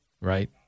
Right